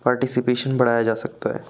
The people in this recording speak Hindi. पार्टिसिपेशन बढ़ाया जा सकता है